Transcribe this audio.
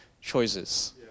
choices